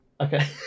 Okay